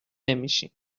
نمیشیم